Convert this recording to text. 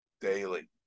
daily